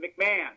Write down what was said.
McMahon